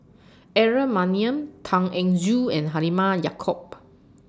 Aaron Maniam Tan Eng Joo and Halimah Yacob